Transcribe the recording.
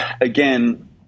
again